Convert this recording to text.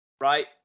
Right